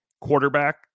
quarterback